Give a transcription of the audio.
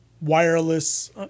wireless